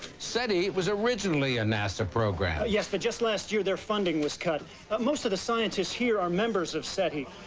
seti was originay a nasa program. yes, but just last year their funding was cut but most of the scientists here are members of seti.